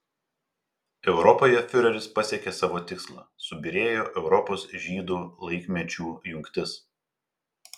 europoje fiureris pasiekė savo tikslą subyrėjo europos žydų laikmečių jungtis